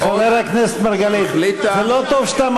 3.5